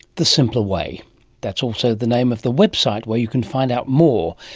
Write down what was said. the simpler way that's also the name of the website where you can find out more.